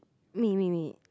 me me me